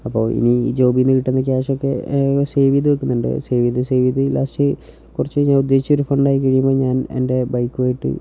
അപ്പോൾ ഇനി ഈ ജോബിൽ നിന്ന് കിട്ടുന്ന ക്യാഷൊക്കെ സേവ് ചെയ്ത് വെക്കുന്നുണ്ട് സേവ് ചെയ്ത് സേവ് ചെയ്ത് ലാസ്റ്റ് കുറച്ച് ഞാൻ ഉദ്ദേശിച്ച ഒരു ഫണ്ടായിക്കഴിയുമ്പോൾ ഞാൻ എൻ്റെ ബൈക്കുമായിട്ട്